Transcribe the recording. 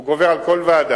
הוא גובר על כל ועדה.